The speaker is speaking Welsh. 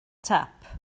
tap